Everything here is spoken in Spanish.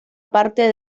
parte